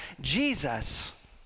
Jesus